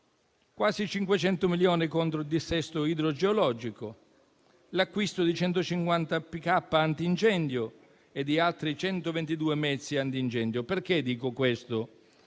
quasi 500 milioni contro il dissesto idrogeologico, l'acquisto di 150 *pick-up* antincendio e di altri 122 mezzi antincendio. Dico questo